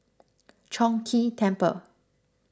Chong Ghee Temple